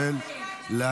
שתצילו.